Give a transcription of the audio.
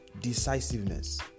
decisiveness